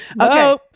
Okay